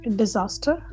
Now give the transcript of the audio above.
disaster